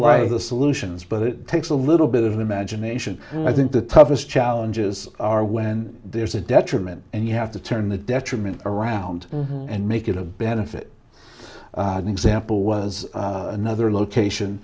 the solutions but it takes a little bit of imagination and i think the toughest challenges are when there's a detriment and you have to turn the detriment around and make it a benefit example was another location